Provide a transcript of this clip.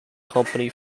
company